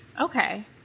Okay